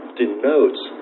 denotes